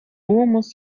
musst